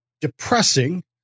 depressing